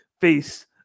face